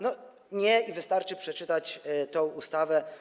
Nie, wystarczy przeczytać tę ustawę.